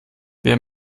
wer